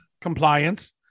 Compliance